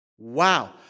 Wow